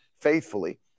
faithfully